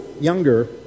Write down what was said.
younger